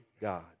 God